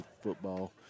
football